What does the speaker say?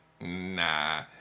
nah